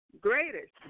greatest